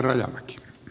herra puhemies